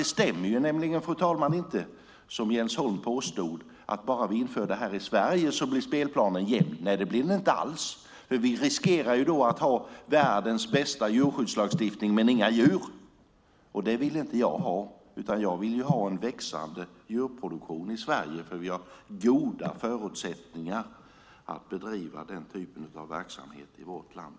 Det stämmer nämligen inte, som Jens Holm påstod, att bara vi inför det här i Sverige blir spelplanen jämn. Nej, det blir den inte alls, för vi riskerar då att ha världens bästa djurskyddslagstiftning men inga djur. Det vill inte jag ha, utan jag vill ha en växande djurproduktion i Sverige, för vi har goda förutsättningar att bedriva den typen av verksamhet i vårt land.